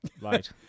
Right